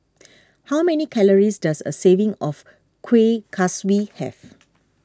how many calories does a serving of Kuih Kaswi have